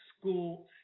school